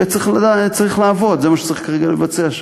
וצריך לעבוד, זה מה שצריך כרגע לבצע שם.